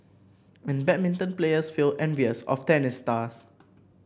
and badminton players feel envious of tennis stars